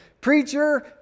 Preacher